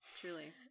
Truly